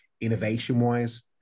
innovation-wise